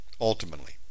ultimately